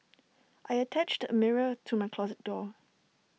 I attached A mirror to my closet door